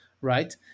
right